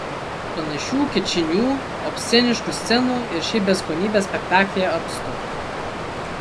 panašių kičinių obsceniškų scenų ir šiaip beskonybės spektaklyje apstu